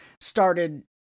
started